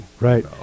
Right